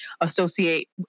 associate